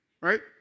right